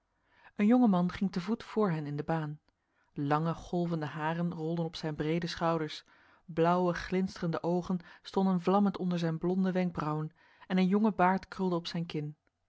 een jonge man ging te voet voor hen in de baan lange golvende haren rolden op zijn brede schouders blauwe glinsterende ogen stonden vlammend onder zijn blonde wenkbrauwen en een jonge baard krulde op zijn kin